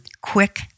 quick